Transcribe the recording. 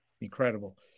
incredible